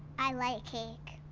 i like cake.